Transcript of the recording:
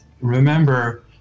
remember